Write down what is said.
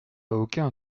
aucun